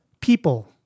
people